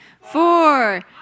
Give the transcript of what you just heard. four